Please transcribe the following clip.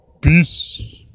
peace